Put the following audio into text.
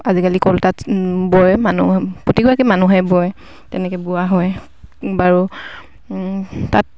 আজিকালি বয় মানুহে প্ৰতিকগৰাকী মানুহে বয় তেনেকে বোৱা হয় বাৰু তাত